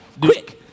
quick